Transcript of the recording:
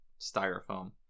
Styrofoam